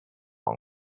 them